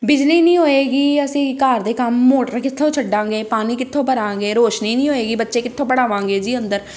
ਬਿਜਲੀ ਨਹੀਂ ਹੋਏਗੀ ਅਸੀਂ ਘਰ ਦੇ ਕੰਮ ਮੋਟਰ ਕਿੱਥੋਂ ਛੱਡਾਂਗੇ ਪਾਣੀ ਕਿੱਥੋਂ ਭਰਾਂਗੇ ਰੋਸ਼ਨੀ ਨਹੀਂ ਹੋਏਗੀ ਬੱਚੇ ਕਿੱਥੋਂ ਪੜਾਵਾਂਗੇ ਜੀ ਅੰਦਰ